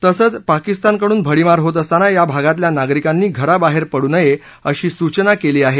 तसंच पाकिस्तानकडून भडीमार होत असताना या भागातल्या नागरिकांनी घराबाहेर पडू नये अशी सूचना केली आहे